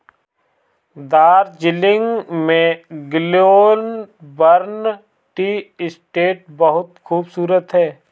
दार्जिलिंग में Glenburn tea estate बहुत खूबसूरत है